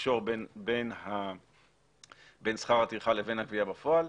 לקשור בין שכר הטרחה לבין הגבייה בפועל.